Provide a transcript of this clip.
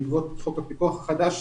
בעקבות חוק הפיקוח החדש,